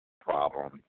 problem